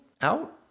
out